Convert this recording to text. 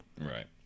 Right